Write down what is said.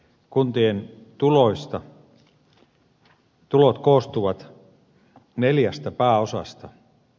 kuntien tulot koostuvat neljästä pääosasta